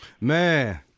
Man